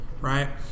right